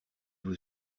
vous